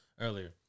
earlier